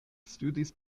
studis